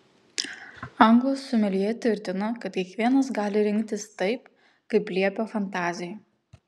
anglų someljė tvirtina kad kiekvienas gali rinktis taip kaip liepia fantazija